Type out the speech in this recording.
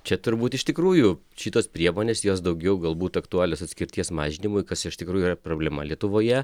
čia turbūt iš tikrųjų šitos priemonės jos daugiau galbūt aktualios atskirties mažinimui kas iš tikrųjų yra problema lietuvoje